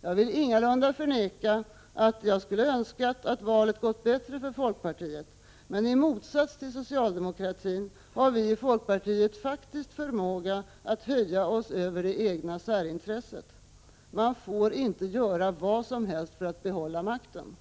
Jag vill ingalunda förneka att jag skulle ha önskat att valet gått bättre för folkpartiet, men i motsats till socialdemokratin har vi i folkpartiet faktiskt förmåga att höja oss över det egna särintresset. Man får inte göra vad som helst för att behålla makten.